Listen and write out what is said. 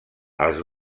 als